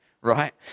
right